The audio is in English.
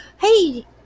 Hey